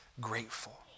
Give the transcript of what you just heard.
grateful